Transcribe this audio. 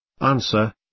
Answer